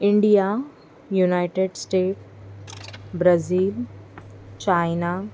India united state Brazil China